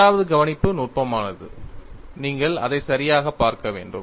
இரண்டாவது கவனிப்பு நுட்பமானது நீங்கள் அதை சரியாகப் பார்க்க வேண்டும்